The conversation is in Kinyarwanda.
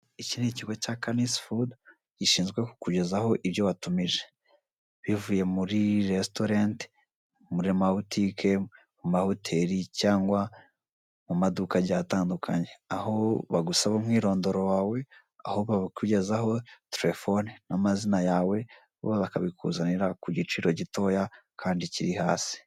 Iki ni ikigogo cya Kanisi fudu gishinzwe kukugezaho ibyo watumije bivuye muri resitorenti, mu mabutiki, amahoteri cyangwa mu maduka agiye atandukanye aho bagusaba umwirondoro wawe aho babikugezaho terefone n'amazina yawe bo bakabikuzanira ku giciro gitoya kandi kiri hasi.